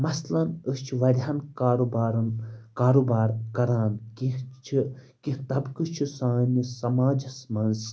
مثلاً أسۍ چھِ واریاہن کاروبارن کاروبار کَران کینٛہہ چھِ کینٛہہ طبقہٕ چھِ سٲنِس سماجَس منٛز